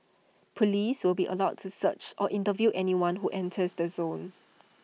Police will be allowed to search or interview anyone who enters the zone